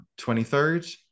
23rd